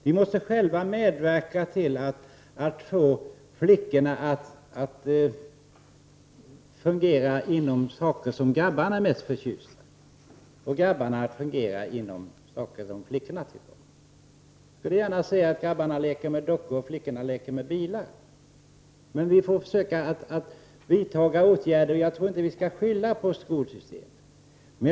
Vi måste själva medverka till att få flickorna att fungera inom områden som grabbarna är mest förtjusta i och att få grabbarna att fungera på områden som flickorna tycker bäst om. Jag skulle gärna se att grabbarna lekte med dockor och flickorna med bilar. Vi får försöka vidta åtgärder. Men jag tror, som sagt, inte att vi skall skylla på skolsystemet.